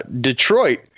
Detroit